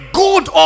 good